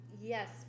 yes